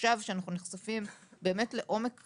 עכשיו כשאנחנו נחשפים באמת לעומק הבעיות,